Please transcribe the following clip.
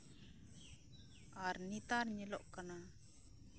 ᱟᱨ ᱱᱮᱛᱟᱨ ᱧᱮᱞᱚᱜ ᱠᱟᱱᱟ